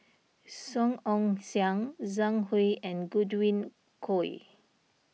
Song Ong Siang Zhang Hui and Godwin Koay